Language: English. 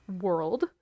world